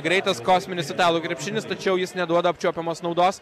greitas kosminis italų krepšinis tačiau jis neduoda apčiuopiamos naudos